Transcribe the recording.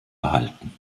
erhalten